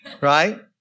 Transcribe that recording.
right